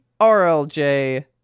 RLJ